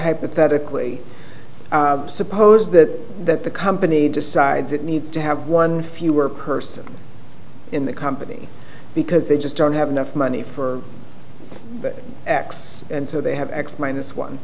hypothetically suppose that that the company decides it needs to have one fewer person in the company because they just don't have enough money for x and so they have x minus one